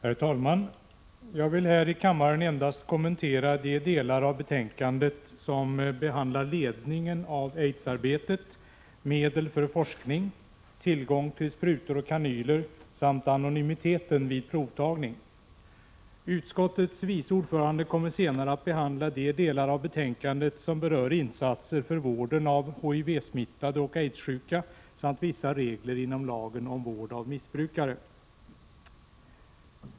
Herr talman! Jag vill här i kammaren endast kommentera de delar av betänkandet som behandlar ledningen av aidsarbetet, medel för forskning, tillgång till sprutor och kanyler samt anonymiteten vid provtagning. Utskottets vice ordförande kommer senare att behandla de delar av betänkandet som berör insatser för vården av HIV-smittade och aidssjuka samt vissa regler inom lagen om vård av missbrukare.